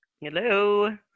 Hello